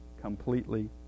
completely